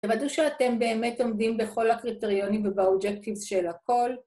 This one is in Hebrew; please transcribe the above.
תוודאו שאתם באמת עומדים בכל הקריטריונים ובאבג'קטיבס של הכל